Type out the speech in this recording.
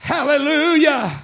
Hallelujah